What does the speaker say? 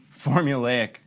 formulaic